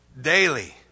daily